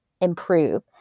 improve